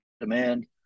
demand